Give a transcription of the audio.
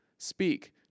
Speak